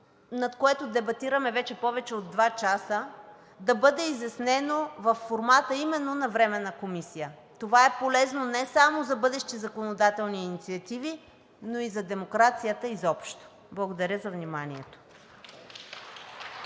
на което дебатираме вече повече от 2 часа, да бъде изяснено във формата именно на Временна комисия. Това е полезно не само за бъдещи законодателни инициативи, но и за демокрацията изобщо. Благодаря за вниманието.